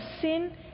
sin